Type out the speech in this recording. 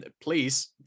please